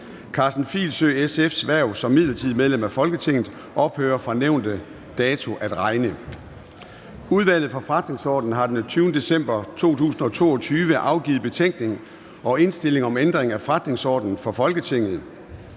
Karsten Filsø (SF)'s hverv som midlertidigt medlem af Folketinget ophører fra nævnte dato at regne. Udvalget for Forretningsordenen har den 20. december 2022 afgivet: Betænkning og indstilling om ændring af forretningsorden for Folketinget.